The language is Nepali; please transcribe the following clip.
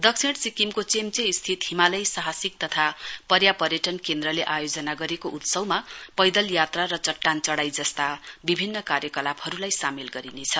दक्षिण सिक्किमको चम्चे स्थित हिमालय साहसिक तथा पर्या पर्याटन केन्द्रले आयोजा गरेको उत्सवमा पैदल यात्रा र चट्टान चढ़ाई जस्ता विभिन्न कार्यलापहरुलाई सामेल गरिनेछ